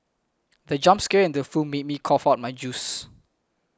the jump scare in the film made me cough out my juice